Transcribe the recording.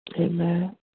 Amen